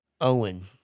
Owen